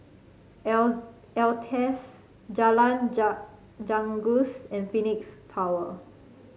Altez Jalan Janggus and Phoenix Tower